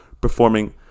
performing